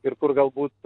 ir kur galbūt